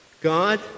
God